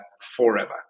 forever